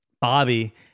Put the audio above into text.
Bobby